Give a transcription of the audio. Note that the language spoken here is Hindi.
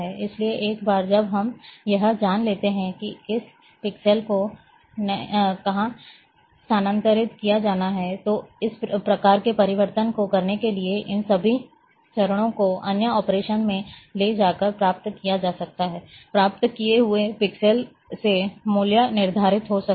इसलिए एक बार जब हम यह जान लेते हैं कि किस पिक्सेल को कहाँ स्थानांतरित किया जाना है तो इस प्रकार के परिवर्तन को करने के लिए इन सभी चरणों को अन्य ऑपरेशनों में ले जाकर प्राप्त किया जा सकता है प्राप्त किए हुए पिक्सेल से मूल्य निर्धारित हो सकता है